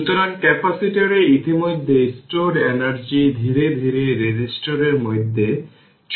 সুতরাং ক্যাপাসিটরে stored initial energy শেষ পর্যন্ত রেজিস্টর এর মধ্যে ডিসিপেট হয়ে পড়ে